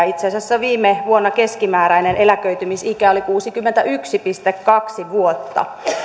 itse asiassa viime vuonna keskimääräinen eläköitymisikä oli kuusikymmentäyksi pilkku kaksi vuotta